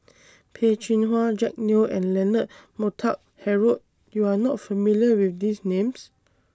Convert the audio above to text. Peh Chin Hua Jack Neo and Leonard Montague Harrod YOU Are not familiar with These Names